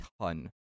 ton